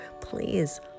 please